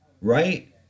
Right